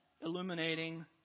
Illuminating